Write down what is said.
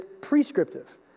prescriptive